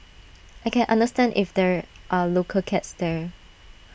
I can understand if there are local cats there